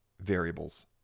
variables